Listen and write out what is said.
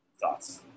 thoughts